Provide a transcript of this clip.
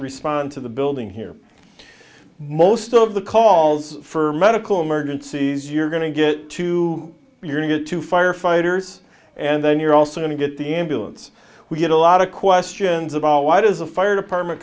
respond to the building here most of the calls for medical emergencies you're going to get to your to get to firefighters and then you're also to get the ambulance we get a lot of questions about why does a fire department